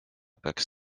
peaks